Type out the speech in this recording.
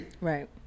Right